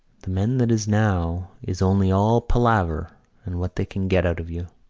the men that is now is only all palaver and what they can get out of you.